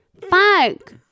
Fuck